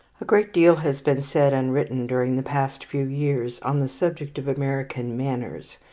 a great deal has been said and written during the past few years on the subject of american manners,